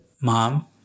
mom